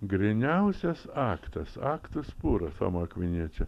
gryniausias aktas aktus puro tomo akviniečio